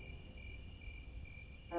you know